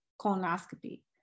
colonoscopy